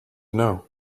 know